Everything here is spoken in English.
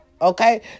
Okay